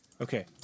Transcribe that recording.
Okay